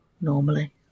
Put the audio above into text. normally